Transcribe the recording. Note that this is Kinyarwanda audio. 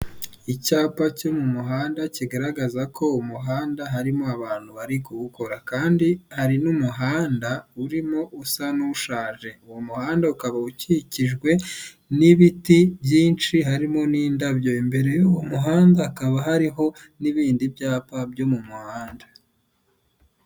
Icyapa cyo mu muhanda kigaragaza ko umuhanda harimo abantu bari kuwukora, kandi hari n'umuhanda urimo usa n'ushaje, uwo muhanda ukaba ukikijwe n'ibiti byinshi harimo n'indabyo, imbere y'uwo muhanda hakaba hariho n'ibindi byapa byo mu muhanda.